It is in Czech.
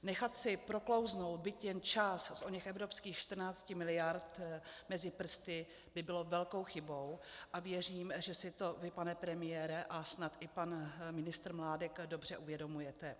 Nechat si proklouznout byť jen část z oněch evropských 14 mld. mezi prsty by bylo velkou chybou a věřím, že si to vy, pane premiére a snad i pan ministr Mládek dobře uvědomujete.